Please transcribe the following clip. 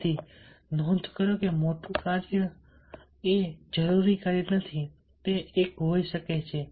તેથી નોંધ કરો કે મોટું કાર્ય એ જરૂરી કાર્ય નથી તે એક હોઈ શકે છે